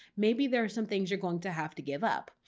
maybe there's some things you're going to have to give up.